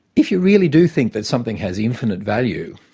if you really do think that something has infinite value,